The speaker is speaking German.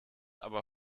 aber